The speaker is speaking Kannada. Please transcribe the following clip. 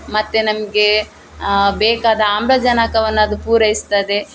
ಮತ್ತು ನಮಗೆ ಬೇಕಾದ ಆಮ್ಲಜನಕವನ್ನ ಅದು ಪೂರೈಸ್ತದೆ